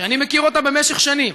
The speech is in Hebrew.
שאני מכיר אותה במשך שנים,